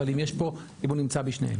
אבל אם הוא נמצא בשניהם.